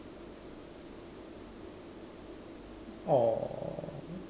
!aww!